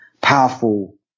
powerful